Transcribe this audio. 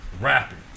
rapping